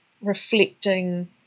reflecting